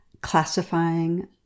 classifying